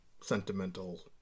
sentimental